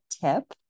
tip